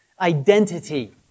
identity